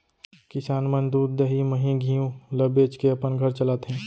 किसान मन दूद, दही, मही, घींव ल बेचके अपन घर चलाथें